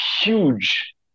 huge